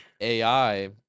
AI